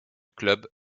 club